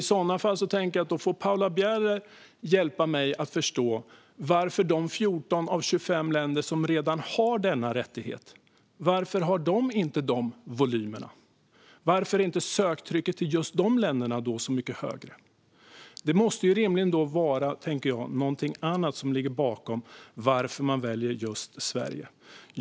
I så fall får Paula Bieler hjälpa mig att förstå varför de 14 av 25 länder som redan har denna rättighet inte har dessa volymer. Varför är inte söktrycket till just de länderna mycket högre? Det måste rimligen vara någonting annat, tänker jag, som ligger bakom att man väljer just Sverige.